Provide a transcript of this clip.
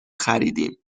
خریدیم